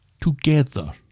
Together